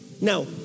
Now